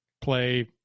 play